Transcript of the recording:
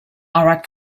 arad